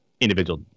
individual